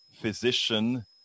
physician